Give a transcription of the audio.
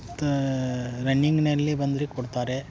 ತ ರನ್ನಿಂಗ್ನಲ್ಲಿ ಬಂದರೆ ಕೊಡ್ತಾರೆ